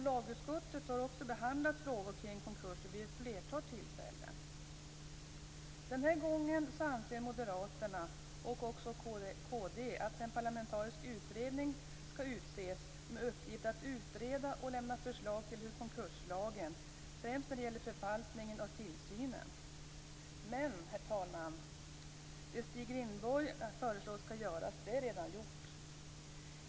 Lagutskottet har också behandlat frågor kring konkurser vid ett flertal tillfällen. Den här gången anser moderaterna och även kd att en parlamentarisk utredning skall utses med uppgift att utreda och lämna förslag om konkurslagen, främst när det gäller förvaltningen och tillsynen. Men, herr talman, det Stig Rindborg föreslår skall göras är redan gjort.